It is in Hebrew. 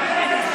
אחמד טיבי,